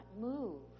move